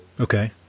Okay